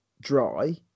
dry